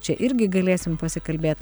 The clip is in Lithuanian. čia irgi galėsim pasikalbėt